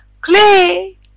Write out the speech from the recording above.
Clay